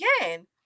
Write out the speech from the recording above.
again